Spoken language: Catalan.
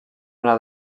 una